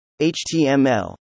HTML